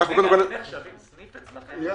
הכנה לקריאה שנייה ושלישית.